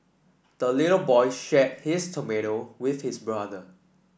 the little boy shared his tomato with his brother